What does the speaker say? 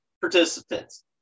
participants